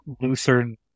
Lutheran